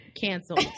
canceled